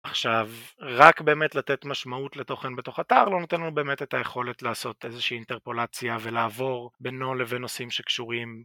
עכשיו, רק באמת לתת משמעות לתוכן בתוך אתר לא נותן לנו באמת את היכולת לעשות איזושהי אינטרפולציה ולעבור בינו לבין נושאים שקשורים.